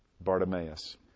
Bartimaeus